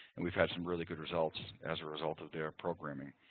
and we've had some really good results as a result of their programming.